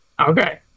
Okay